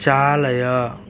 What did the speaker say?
चालय